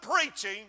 preaching